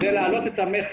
להעלות את המכס.